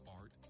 art